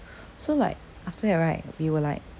so like after that right we were like